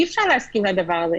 אי-אפשר להסכים לדבר הזה.